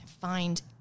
find